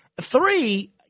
Three